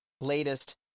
latest